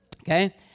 Okay